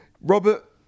robert